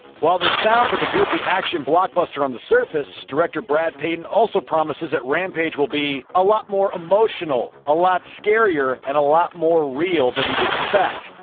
while this sounds like a goofy action blockbuster on the surface, director brad peyton also promises that rampage will be. a lot more emotional, a lot scarier and a lot more real than you'd expect.